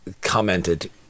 commented